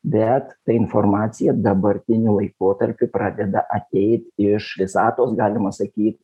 bet ta informacija dabartiniu laikotarpiu pradeda ateit iš visatos galima sakyt